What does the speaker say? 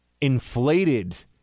inflated